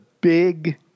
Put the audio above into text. big